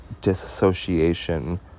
disassociation